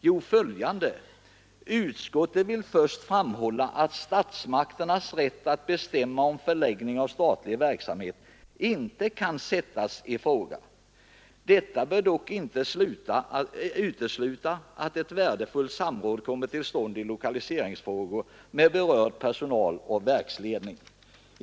Jo, följande: ”Utskottet vill först framhålla att statsmakternas rätt att bestämma om förläggningen av statlig verksamhet inte kan sättas i fråga. Detta bör dock inte utesluta att ett värdefullt samråd kommer till stånd i lokaliseringsfrågorna med berörd personal och verksledning.